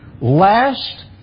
last